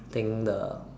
think the